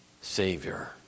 Savior